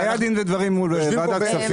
היה דין ודברים מול ועדת הכספים.